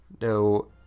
no